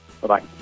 Bye-bye